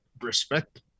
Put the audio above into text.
respect